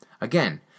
Again